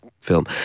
film